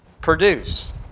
produce